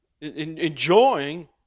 enjoying